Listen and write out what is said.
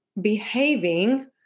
behaving